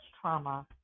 trauma